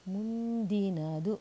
ಮುಂದಿನದು